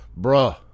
Bruh